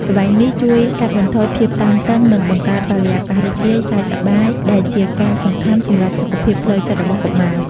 ល្បែងនេះជួយកាត់បន្ថយភាពតានតឹង និងបង្កើតបរិយាកាសរីករាយ សើចសប្បាយ ដែលជាការសំខាន់សម្រាប់សុខភាពផ្លូវចិត្តរបស់កុមារ។